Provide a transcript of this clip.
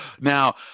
Now